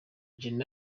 gen